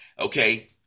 Okay